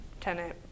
tenant